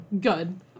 Good